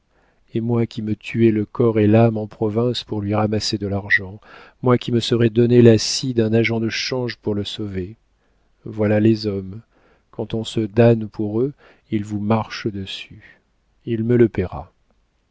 et moi qui me tuais le corps et l'âme en province pour lui ramasser de l'argent moi qui me serais donné la scie d'un agent de change pour le sauver voilà les hommes quand on se damne pour eux ils vous marchent dessus il me le paiera